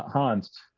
hans,